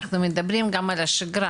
אנחנו מדברים גם על השגרה.